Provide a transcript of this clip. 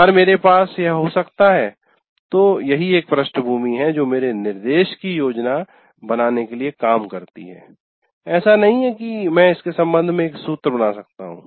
अगर मेरे पास यह हो सकता है तो यही एक पृष्ठभूमि है जो मेरे निर्देश की योजना बनाने के लिए काम करती है ऐसा नहीं है कि मैं इसके संबंध में एक सूत्र बना सकता हूं